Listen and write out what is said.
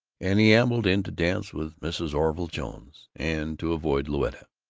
and he ambled in to dance with mrs. orville jones, and to avoid louetta,